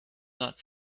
not